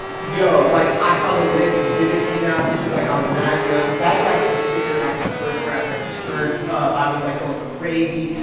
yo, like, i saw tha liks. xzibit came out. this is like i was mad young. that's what i consider, like, my first where i was, like, turned up. i was, like, going crazy.